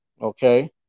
Okay